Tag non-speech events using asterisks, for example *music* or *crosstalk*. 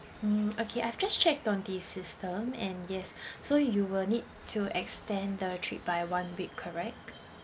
mm okay I've just checked on the system and yes *breath* so you will need to extend the trip by one week correct